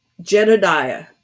Jedediah